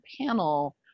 panel